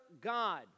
God